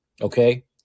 Okay